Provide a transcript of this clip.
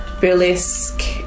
burlesque